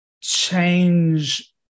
change